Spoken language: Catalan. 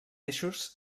eixos